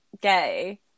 gay